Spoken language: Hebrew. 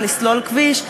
לסלול כביש,